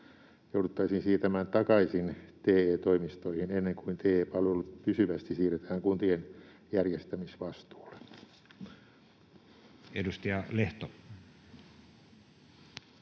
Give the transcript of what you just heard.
jouduttaisiin siirtämään takaisin TE-toimistoihin ennen kuin TE-palvelut pysyvästi siirretään kuntien järjestämisvastuulle. Edustaja Lehto.